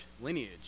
lineage